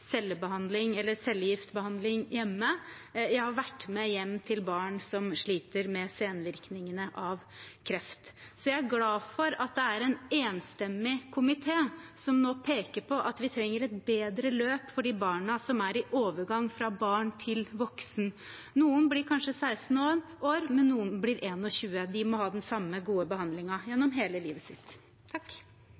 hjemme. Jeg har vært med hjem til barn som sliter med senvirkningene av kreft. Så jeg er glad for at det er enstemmig komité som nå peker på at vi trenger et bedre løp for de barna som er i overgang fra barn til voksen. Noen blir kanskje 16 år, men noen blir 21. De må ha den samme gode